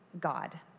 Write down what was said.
God